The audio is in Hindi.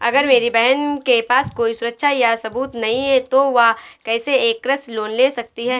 अगर मेरी बहन के पास कोई सुरक्षा या सबूत नहीं है, तो वह कैसे एक कृषि लोन ले सकती है?